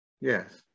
Yes